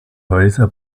häuser